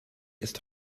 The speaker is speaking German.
ist